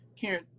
Karen